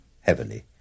heavily